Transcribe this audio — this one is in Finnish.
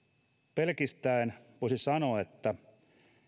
pelkistäen voisi sanoa että